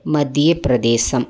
Madhya Pradesh